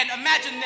Imagine